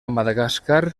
madagascar